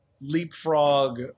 leapfrog